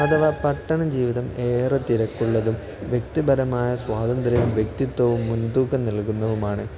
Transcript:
അഥവാ പട്ടണ ജീവിതം ഏറെ തിരക്കുള്ളതും വ്യക്തിപരമായ സ്വാതന്ത്ര്യവും വ്യക്തിത്വവും മുൻതൂക്കം നൽകുന്നവയുമാണ്